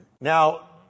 Now